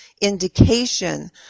indication